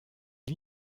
lee